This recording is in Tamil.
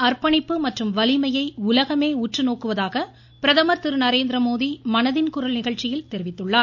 அர்ப்பணிப்பு மற்றும் வலிமையை உலகமே உற்று நோக்குவதாக பிரதமர் திருநரேந்திரமோடி மனதின் குரல் நிகழ்ச்சியில் தெரிவித்துள்ளார்